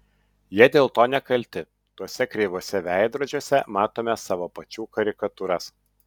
jie dėl to nekalti tuose kreivuose veidrodžiuose matome savo pačių karikatūras